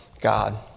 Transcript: God